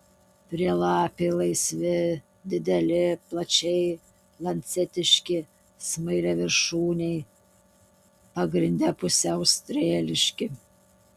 prielapiai laisvi dideli plačiai lancetiški smailiaviršūniai pagrinde pusiau strėliški